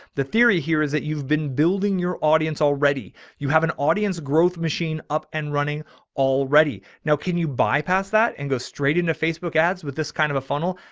the theory here is that you've been building your audience already. you have an audience growth machine up and running already. now, can you bypass that and go straight into facebook ads with this kind of a funnel?